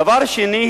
דבר שני,